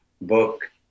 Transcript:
book